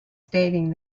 stating